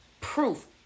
proof